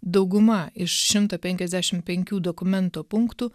dauguma iš šimto penkiasdešim penkių dokumento punktų